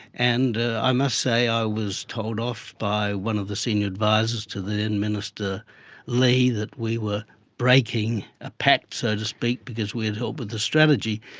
and i must say i was told off by one of the senior advisers to the then minister ley, that we were breaking a pact, so to speak, because we had helped with the strategy.